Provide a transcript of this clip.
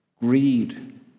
greed